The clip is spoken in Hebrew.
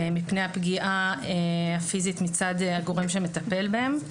מפני הפגיעה הפיזית מצד הגורם שמטפל בהם.